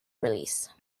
release